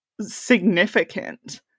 significant